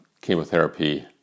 chemotherapy